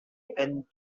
and